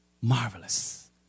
Marvelous